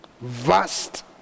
vast